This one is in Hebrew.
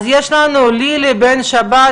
אז נמצאת לילי בן שלום,